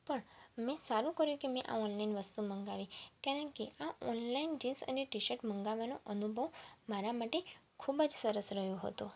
પણ મેં સારું કર્યું કે મેં આ ઓનલાઈન વસ્તુ મગાવી કારણ કે આ ઓનલાઈન જીન્સ અને ટીશર્ટ મગાવવાનો અનુભવ મારા માટે ખૂબ જ સરસ રહ્યો હતો